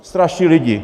Straší lidi.